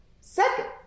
Second